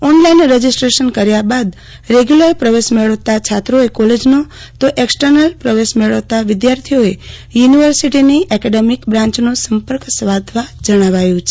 online registration કર્યા બાદ regular પ્રવેશ મેળવતા છાત્રોએ કોલેજનો તો એક્ષટર્નલ પ્રવેશ મેળવતા વિધ્યાર્થીઓએ યુનિની એકેડેમીક બ્રાન્ચો સંપર્ક સાધવા જણાવાયું છે